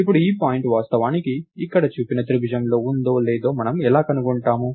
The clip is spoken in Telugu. ఇప్పుడు ఈ పాయింట్ వాస్తవానికి ఇక్కడ చూపిన త్రిభుజంలో ఉందో లేదో మనం ఎలా కనుగొంటాము